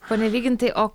pone vygintai o